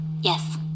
Yes